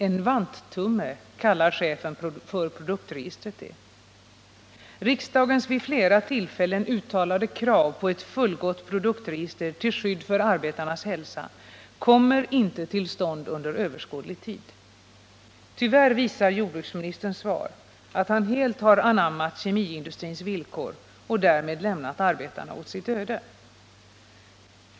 En vanttumme kallar chefen för produktregistret det. Riksdagens vid flera tillfällen uttalade krav på ett fullgott produktregister till skydd för arbetarnas hälsa kommer inte till stånd under överskådlig tid. Tyvärr visar jordbruksministerns svar att han helt anammat kemiindustrins villkor och därmed lämnat arbetarna åt sitt öde.